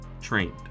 trained